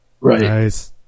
Right